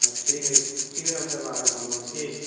अच्छा ठीक हइ ठीक हइ तऽ हम फेर हम बादमे फोन करम की